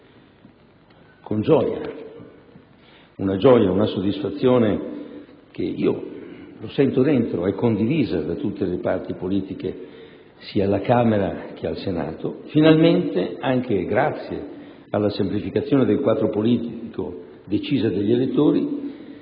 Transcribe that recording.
Con una gioia e una soddisfazione che - io lo sento dentro - sono condivise da tutte le parti politiche, sia alla Camera che al Senato, possiamo finalmente dire che, anche grazie alla semplificazione del quadro politico decisa dagli elettori,